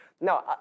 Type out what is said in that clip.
No